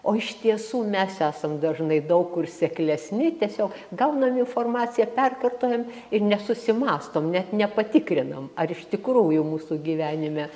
o iš tiesų mes esam dažnai daug kur seklesni tiesiog gaunam informaciją perkartojam ir nesusimąstom net nepatikrinam ar iš tikrųjų mūsų gyvenime